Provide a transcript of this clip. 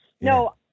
No